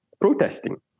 protesting